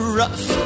rough